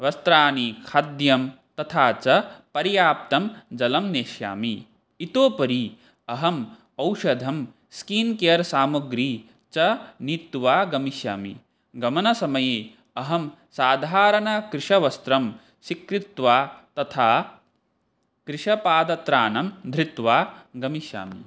वस्त्राणि खाद्यं तथा च पर्याप्तं जलं नेष्यामि इतः उपरि अहम् औषधं स्किन्केर् सामग्री च नीत्वा गमिष्यामि गमनसमये अहं साधारणं कृशवस्त्रं स्वीकृत्य तथा कृशपादत्राणं धृत्वा गमिष्यामि